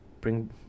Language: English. bring